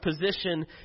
position